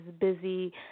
busy